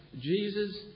Jesus